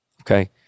Okay